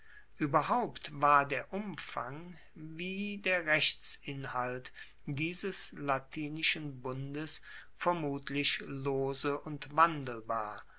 ueberhaupt war der umfang wie der rechtsinhalt dieses latinischen bundes vermutlich lose und wandelbar